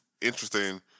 interesting